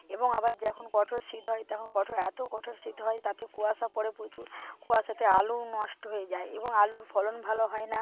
এবং আবার যেখন কঠোর শীত হয় তখন কঠোর এত কঠোর শীত হয় তাতে কুয়াশা পড়ে প্রচুর কুয়াশাতে আলু নষ্ট হয়ে যায় এবং আলুর ফলন ভালো হয় না